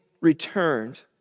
returned